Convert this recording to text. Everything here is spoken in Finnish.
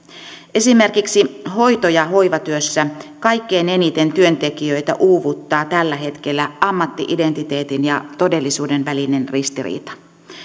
esimerkiksi hoito ja hoivatyössä kaikkein eniten työntekijöitä uuvuttaa tällä hetkellä ammatti identiteetin ja todellisuuden välinen ristiriita